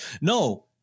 No